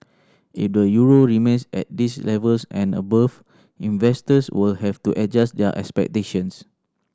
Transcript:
if the euro remains at these levels and above investors will have to adjust their expectations